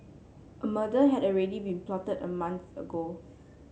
a murder had already been plotted a month ago